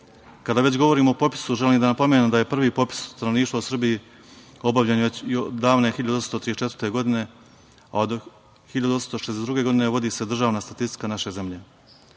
već govorim o popisu, želim da napomenem da je prvi popis stanovništva u Srbiji obavljen davne 1834. godine, a od 1862. godine vodi se državna statistika naše zemlje. Mnoge